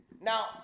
Now